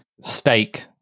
Steak